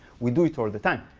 we do it all the time.